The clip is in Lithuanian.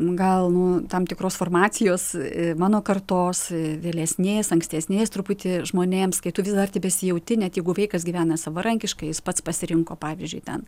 gal nuo tam tikros formacijos mano kartos vėlesnės ankstesnės truputį žmonėms kai tu vis dar tebesijauti net jeigu vaikas gyvena savarankiškai jis pats pasirinko pavyzdžiui ten